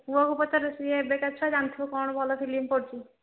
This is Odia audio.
ପୁଅକୁ ପଚାରେ ସିଏ ଏବେକା ଛୁଆ ଜାଣିଥିବ କ'ଣ ଭଲ ଫିଲ୍ମ ପଡ଼ିଛି